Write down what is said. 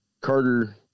Carter